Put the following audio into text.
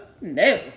no